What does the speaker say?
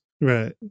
Right